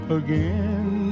again